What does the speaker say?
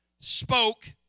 spoke